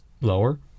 lower